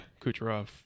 kucherov